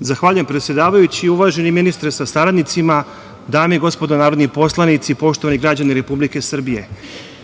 Zahvaljujem predsedavajući. Uvaženi ministre sa saradnicima, dame i gospodo narodni poslanici, poštovani građani Republike Srbije,